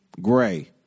gray